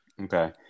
Okay